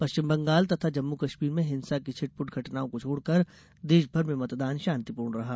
पश्चिम बंगाल तथा जम्मू कश्मीर में हिंसा की छिटपुट घटनाओं को छोड़कर देश भर में मतदान शांतिपूर्ण रहा